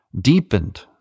deepened